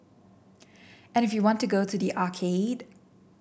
and if you want to go to the arcade